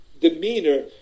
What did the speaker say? demeanor